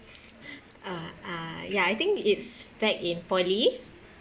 uh uh ya I think it's back in poly